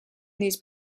these